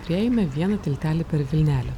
turėjome vieną tiltelį per vilnelę